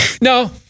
no